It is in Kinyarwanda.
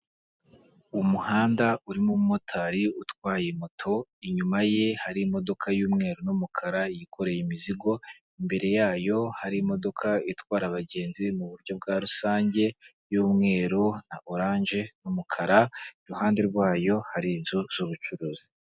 Umuhanda urimo umumotari utwaye moto, inyuma ye hari imodoka y'umweru n'umukara yikoreye imizigo, imbere yayo hari imodoka itwara abagenzi mu buryo bwa rusange y'umweru na oranje n'umukara, iruhande rwayo hari inzu z'ubucuruzi.